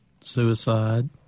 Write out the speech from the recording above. suicide